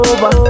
Over